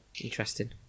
Interesting